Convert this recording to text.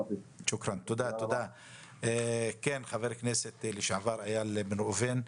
חבר הכנסת לשעבר איל בן ראובן,